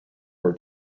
were